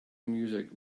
music